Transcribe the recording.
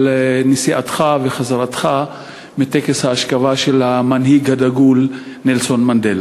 על נסיעתך וחזרתך מטקס האשכבה של המנהיג הדגול נלסון מנדלה.